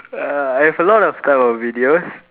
uh I have a lot of type of videos